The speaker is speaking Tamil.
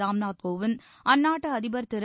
ராம்நாத் கோவிந்த் அந்நாட்டு அதிபர் திரு